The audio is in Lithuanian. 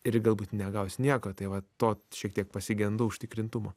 ir galbūt negaus nieko tai va to šiek tiek pasigendu užtikrintumo